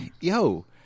yo